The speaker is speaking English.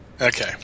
Okay